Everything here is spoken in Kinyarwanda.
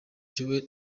joel